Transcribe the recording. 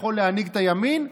יכול להנהיג את הימין,